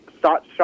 shot